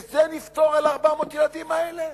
את זה נפתור על 400 הילדים האלה?